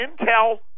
Intel